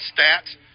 stats